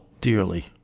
dearly